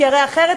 כי הרי אחרת,